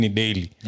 daily